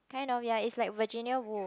kind of ya it's like Virginia-Woolf